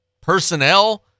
personnel